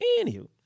Anywho